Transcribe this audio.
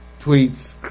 tweets